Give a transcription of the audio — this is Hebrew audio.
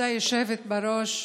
כבוד היושבת בראש,